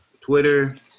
Twitter